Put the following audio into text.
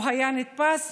הוא היה נתפס,